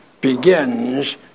begins